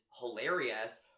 hilarious